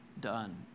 done